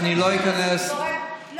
לא,